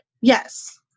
Yes